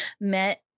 met